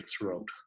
throat